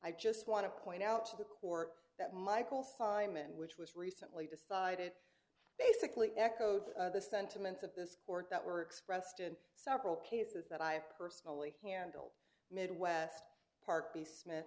i just want to point out to the court that michel sleiman which was recently decided basically echoed the sentiments of this court that were expressed in several cases that i have personally handled midwest part b smith